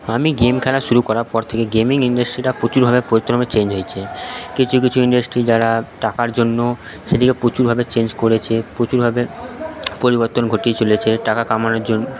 আমি গেম খেলা শুরু করার পর থেকেই গেমিং ইন্ডাস্ট্রিটা প্রচুরভাবে চেঞ্জ হয়েছে কিছু কিছু ইন্ডাস্ট্রি যারা টাকার জন্য সেটিকে প্রচুরভাবে চেঞ্জ করেছে প্রচুরভাবে পরিবর্তন ঘটিয়ে চলেছে টাকা কামানোর জন্য